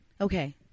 Okay